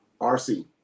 RC